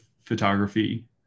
photography